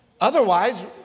Otherwise